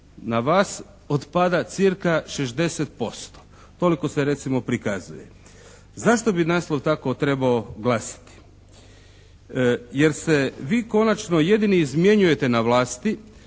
na vas otpada cca 60%. Toliko se recimo prikazuje. Zašto bi naslov tako trebao glasiti? Jer se vi konačno jedini izmjenjujete na vlasti,